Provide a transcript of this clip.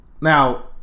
Now